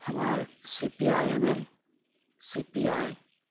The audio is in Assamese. আমাৰ C P I M L C P I